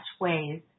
ways